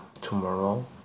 tomorrow